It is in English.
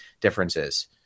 differences